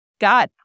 God